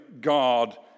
God